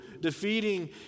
defeating